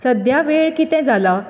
सद्या वेळ कितें जाला